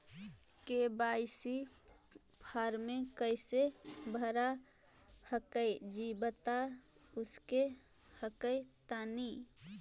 KYC फॉर्मा कैसे भरा हको जी बता उसको हको तानी?